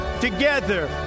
together